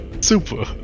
Super